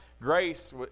Grace